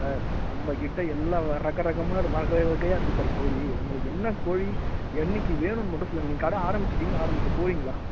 sir நம்மக் கிட்டே எல்லா ரக ரகமாக வகை வகையாக இருக்குது சார் கோழி உங்களுக்கு என்ன கோழி என்னைக்கு வேணும்னு மட்டும் சொல்லுங்கள் நீங்கள் கடை ஆரம்பிச்சுட்டிங்களா ஆரம்பிக்கப் போகிறீங்களா